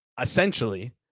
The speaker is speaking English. essentially